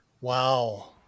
Wow